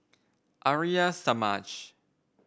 Arya Samaj